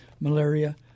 malaria